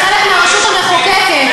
אתה חלק מהרשות המחוקקת.